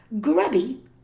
grubby